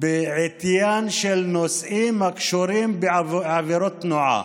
בעטיים של נושאים הקשורים בעבירות תנועה.